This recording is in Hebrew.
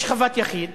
יש חוות יחיד